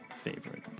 favorite